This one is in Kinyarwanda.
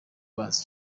bazi